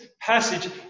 passage